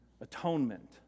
atonement